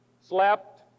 slept